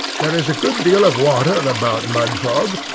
there is a good deal of water about mudfog,